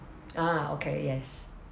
ah okay yes